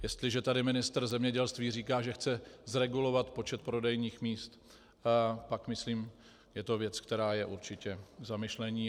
Jestliže tady ministr zemědělství říká, že chce zregulovat počet prodejních míst, pak myslím je to věc, která je určitě k zamyšlení.